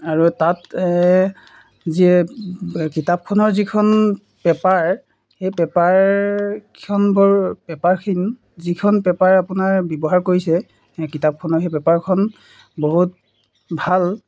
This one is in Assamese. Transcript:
আৰু তাত যিয়ে কিতাপখনৰ যিখন পেপাৰ সেই পেপাৰকেইখন বৰ পেপাৰখিন যিখন পেপাৰ আপোনাৰ ব্যৱহাৰ কৰিছে কিতাপখনৰ সেই পেপাৰখন বহুত ভাল